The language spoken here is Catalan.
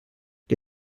que